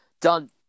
done